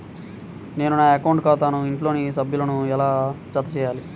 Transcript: నేను నా అకౌంట్ ఖాతాకు ఇంట్లోని సభ్యులను ఎలా జతచేయాలి?